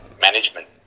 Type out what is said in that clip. management